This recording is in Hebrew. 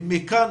מכאן